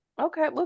okay